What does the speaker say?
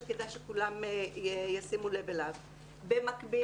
שכדאי שכולם ישימו לב אליו במקביל,